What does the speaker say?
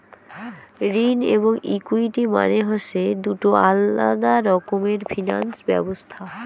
ঋণ এবং ইকুইটি মানে হসে দুটো আলাদা রকমের ফিনান্স ব্যবছস্থা